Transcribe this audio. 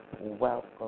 welcome